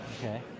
Okay